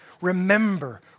Remember